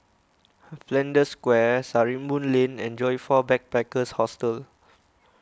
Flanders Square Sarimbun Lane and Joyfor Backpackers' Hostel